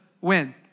win